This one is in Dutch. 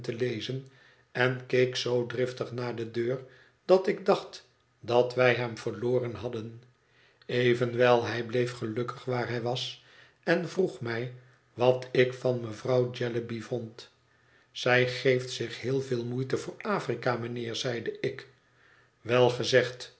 en keek zoo driftig naar de deur dat ik dacht dat wij hem verloren hadden evenwel hij bleef gelukkig waar hij was en vroeg mij wat ik van mevrouw jellyby vond zij geeft zich heel veel moeite voor afrika mijnheer zeide ik wel